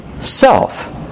Self